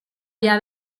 via